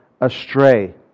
astray